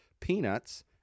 peanuts